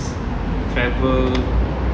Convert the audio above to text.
travel